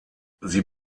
sie